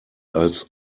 als